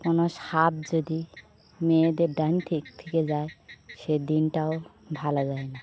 কোনো সাপ যদি মেয়েদের ডান দিক থেকে যায় সে দিনটাও ভালো যায় না